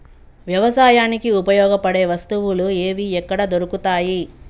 వ్యవసాయానికి ఉపయోగపడే వస్తువులు ఏవి ఎక్కడ దొరుకుతాయి?